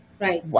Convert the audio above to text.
Right